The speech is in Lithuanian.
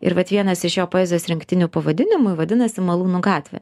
ir vat vienas iš jo poezijos rinktinių pavadinimų vadinasi malūnų gatvė